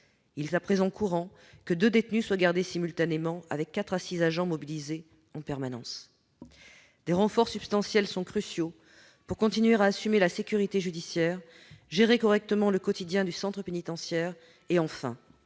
Il est à présent courant que deux détenus soient gardés simultanément, avec quatre à six agents mobilisés en permanence. Des renforts substantiels sont cruciaux pour continuer à assumer la sécurité judiciaire, gérer correctement le quotidien du centre pénitentiaire et, enfin,